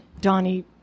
Donnie